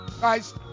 Guys